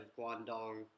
Guangdong